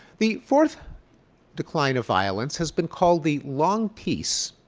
the fourth decline of violence has been called the long peace.